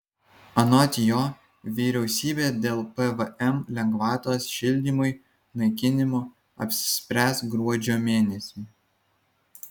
anot jo vyriausybė dėl pvm lengvatos šildymui naikinimo apsispręs gruodžio mėnesį